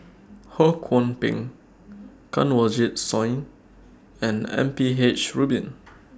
Ho Kwon Ping Kanwaljit Soin and M P H Rubin